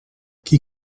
qui